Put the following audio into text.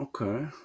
Okay